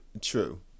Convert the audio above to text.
true